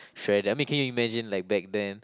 shred like can you imagine like back then